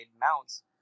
mounts